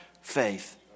faith